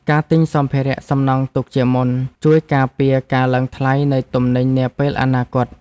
ការទិញសម្ភារៈសំណង់ទុកជាមុន ជួយការពារការឡើងថ្លៃនៃទំនិញនាពេលអនាគត។